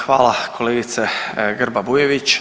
Hvala kolegice Grba-Bujević.